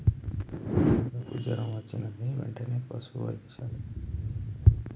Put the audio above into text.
మా దూడకు జ్వరం వచ్చినది వెంటనే పసుపు వైద్యశాలకు తీసుకెళ్లాలి